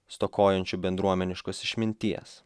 stokojančiu bendruomeniškos išminties